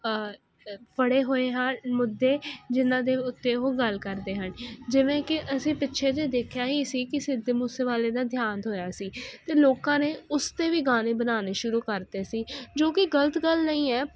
ਫੜੇ ਹੋਏ ਮੁੱਦੇ ਜਿਨ੍ਹਾਂ ਦੇ ਉੱਤੇ ਉਹ ਗੱਲ ਕਰਦੇ ਹਨ ਜਿਵੇਂ ਕਿ ਅਸੀਂ ਪਿੱਛੇ ਜਿਹੇ ਦੇਖਿਆ ਹੀ ਸੀ ਕਿ ਸਿੱਧੂ ਮੂਸੇਵਾਲੇ ਦਾ ਦਿਹਾਂਤ ਹੋਇਆ ਸੀ ਤੇ ਲੋਕਾਂ ਨੇ ਉਸ ਤੇ ਵੀ ਗਾਣੇ ਬਣਾਣੇ ਸ਼ੁਰੂ ਕਰਤੇ ਸੀ ਜੋ ਕੀ ਗਲਤ ਗੱਲ ਨਈਂ ਐ